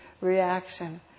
reaction